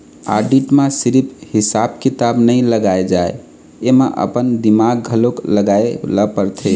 audit म सिरिफ हिसाब किताब नइ लगाए जाए एमा अपन दिमाक घलोक लगाए ल परथे